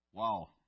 Wow